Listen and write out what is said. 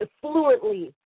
fluently